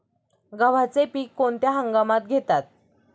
गव्हाचे पीक कोणत्या हंगामात घेतात?